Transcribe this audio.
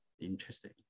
Interesting